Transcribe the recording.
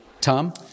Tom